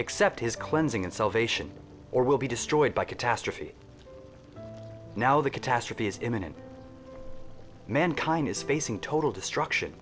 except his cleansing and salvation or will be destroyed by catastrophe now the catastrophe is imminent mankind is facing total destruction